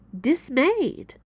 dismayed